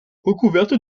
recouverte